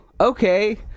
okay